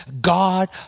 God